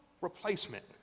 replacement